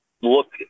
look